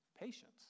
Patience